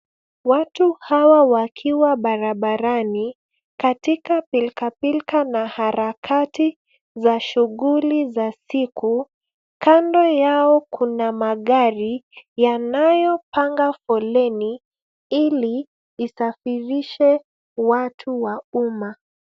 Watu hawa wakiwa barabarani. Katika pilkapilka na harakati za shughuli za siku. Kando yao kuna magari yanayopanga foleni ili isafirishe watu wa umma.